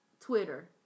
Twitter